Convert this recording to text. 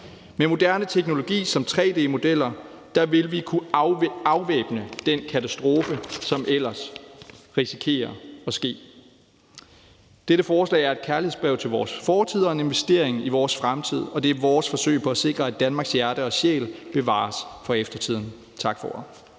Med moderne teknologi som tre-d-modeller ville vi kunne afvæbne den katastrofe, som vi ellers risikerer kan ske. Dette forslag er et kærlighedsbrev til vores fortid og en investering i vores fremtid, og det er vores forsøg på at sikre, at Danmarks hjerte og sjæl bevares for eftertiden. Tak for